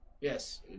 Yes